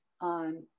on